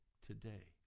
today